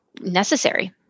necessary